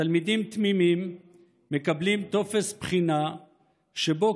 תלמידים תמימים מקבלים טופס בחינה שבו,